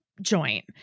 joint